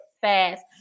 fast